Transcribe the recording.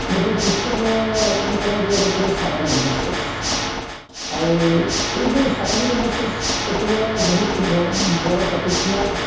ଗୋଟିଏ ପୁସ୍ତକ ରଚନା କରାଯାଇଥିଲା ଯେଉଁଟାକି ସାଟାନିକ ଭରସେସ ଆଉ ଏଇ ଯେଉଁ ସାଟାନିକ ଭରସେସ ସେତେବେଳେ ବହୁତ ବଡ଼ ଟପିକ ଥିଲା